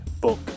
book